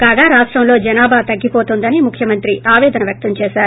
కాగా రాష్టంలో జనాభా తగ్గిపోతోందని ముఖ్యమంత్రి ఆపేదన వ్యక్తం చేసారు